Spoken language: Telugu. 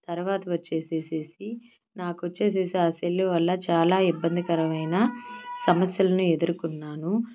తర్వాత వచ్చేసేసేసి నాకు వచ్చేసేసి ఆ సెల్లు వల్ల చాలా ఇబ్బందికరమైన సమస్యలను ఎదుర్కున్నాను